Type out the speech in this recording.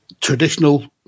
traditional